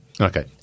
Okay